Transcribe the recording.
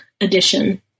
edition